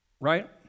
Right